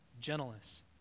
gentleness